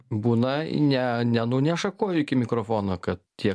būna ne nenuneša kojų iki mikrofonokad tiek